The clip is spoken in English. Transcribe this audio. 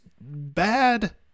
bad